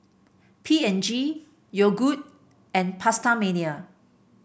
P and G Yogood and PastaMania